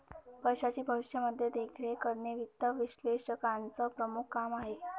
पैशाची भविष्यामध्ये देखरेख करणे वित्त विश्लेषकाचं प्रमुख काम आहे